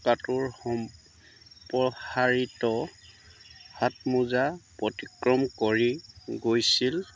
টাৰ্কোৰ সম্প্ৰসাৰিত হাতমোজা অতিক্ৰম কৰি গৈছিল